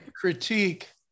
critique